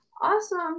Awesome